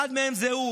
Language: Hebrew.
אחד מהם זה הוא.